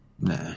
Nah